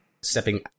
stepping